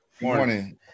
Morning